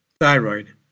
thyroid